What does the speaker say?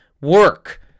work